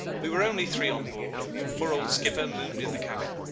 we were only three on board. the poor old skipper mooned in the cabin.